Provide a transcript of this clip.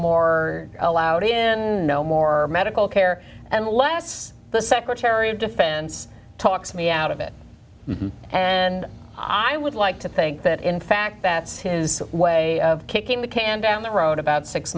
more allowed in no more medical care and last the secretary of defense talks me out of it and i would like to think that in fact that's his way of kicking the can down the road about six